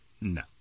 No